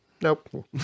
Nope